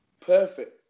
perfect